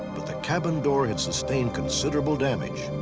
but the cabin door had sustained considerable damage.